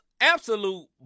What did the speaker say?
absolute